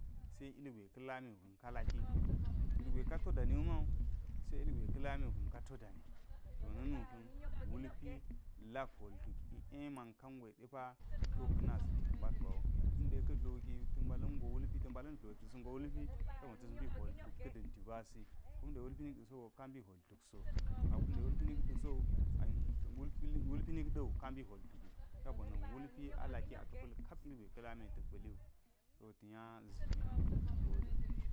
Se ulgwe ka̱ la md ka̱n ka laki ilgwe ka to daniwu mawu, se ilgwe ka lamiwu ka̱n kato dani. To na̱nu ka̱n wulpi lak hwol tuk i’e man kangwe depa kiwo ka̱na za̱ti ka mbalt gwawu. Kunɗe ka̱ dloki ta̱ mbalan g ngo wulpi, ta̱ mbala̱n dloti ta̱s ngo wulpi sabo na ta̱s mbi hwol tuk ka̱ da̱nti gwasi. Kumɗe wulpi nik ɗa̱so wu ka lnbi hwol tuk so, akume wulpi nik da̱ so ai wulpi nik ɗa̱ wu kambi hwol tuki, sabo na wulpi alaki aka pa̱l kap ilgwe ka̱ lami te ta̱k pa̱li wu. To ta̱ nya zini an a gode.